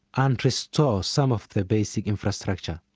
and restores some of the basic infrastructure,